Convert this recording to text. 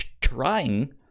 trying